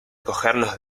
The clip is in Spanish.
cogernos